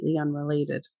unrelated